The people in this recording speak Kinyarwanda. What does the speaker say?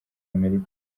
amerika